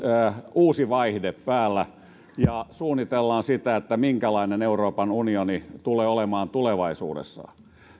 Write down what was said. uusi vaihde päällä ja suunnitellaan sitä minkälainen euroopan unioni tulee olemaan tulevaisuudessa